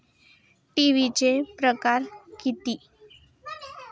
ठेवीचे प्रकार किती?